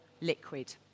liquid